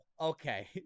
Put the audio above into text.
Okay